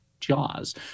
jaws